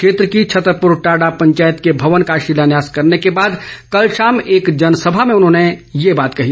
क्षेत्र की छतरपुर टाडा पंचायत के भवन का शिलान्यास करने के बाद कल शाम एक जनसभा में उन्होंने ये बात कही